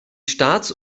staats